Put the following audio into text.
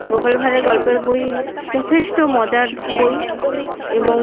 গোপাল ভাঁড়ের গল্পের বই যথেষ্ট মজার বই এবং